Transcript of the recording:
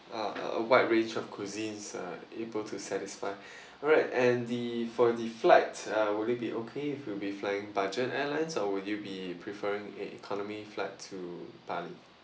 uh a wide range of cuisines are able to satisfy alright and the for the flight uh would it be okay if you'll be flying budget airlines or will you be preferring a economy flight to bali